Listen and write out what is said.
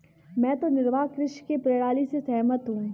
मैं तो निर्वाह कृषि की प्रणाली से सहमत हूँ